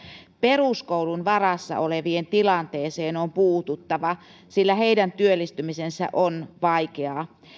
peruskoulun varassa olevien tilanteeseen on puututtava sillä heidän työllistymisensä on vaikeaa